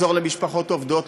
שזה יעזור למשפחות עובדות,